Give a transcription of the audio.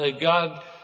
god